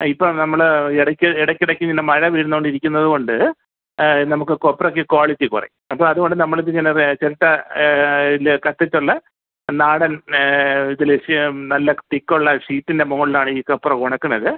ആ ഇപ്പം നമ്മൾ ഇടക്ക് ഇടക്കിടക്ക് പിന്നെ മഴ വരുന്നോണ്ടിരിക്കുന്നത് കൊണ്ട് നമുക്ക് കൊപ്രക്ക് ക്വാളിറ്റി കുറയും അപ്പോൾ അതുകൊണ്ട് നമ്മളിതിങ്ങനെ വേ ചിരട്ട അതിൽ കത്തിച്ചുള്ള നാടൻ ഇതിൽ ഷീ നല്ല തിക്കുള്ള ഷീറ്റിൻ്റ മുകളിലാണീ കൊപ്ര ഉണക്കുന്നത്